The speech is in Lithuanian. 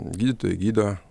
gydytojai gydo